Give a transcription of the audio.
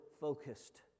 focused